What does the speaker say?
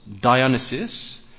Dionysus